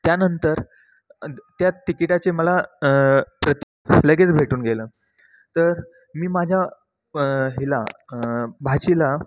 त्यानंतर त्या तिकिटाचे मला प्रति लगेच भेटून गेलं तर मी माझ्या हिला भाचीला